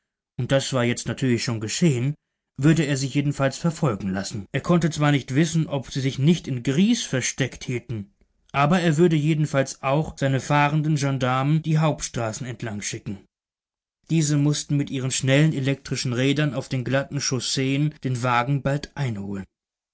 und das war jetzt natürlich schon geschehen würde er sie jedenfalls verfolgen lassen er konnte zwar nicht wissen ob sie sich nicht in gries versteckt hielten aber er würde jedenfalls auch seine fahrenden gendarmen die hauptstraßen entlangschicken diese mußten mit ihren schnellen elektrischen rädern auf den glatten chausseen den wagen bald einholen